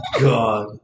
God